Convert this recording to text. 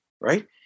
right